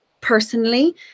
personally